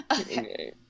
Okay